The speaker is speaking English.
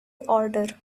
order